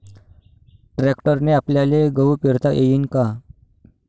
ट्रॅक्टरने आपल्याले गहू पेरता येईन का?